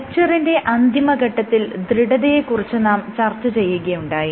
ലെക്ച്ചറിന്റെ അന്തിമ ഘട്ടത്തിൽ ദൃഢതയെ കുറിച്ച് നാം ചർച്ച ചെയ്യുകയുണ്ടായി